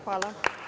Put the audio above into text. Hvala.